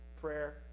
prayer